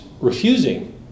refusing